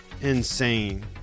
insane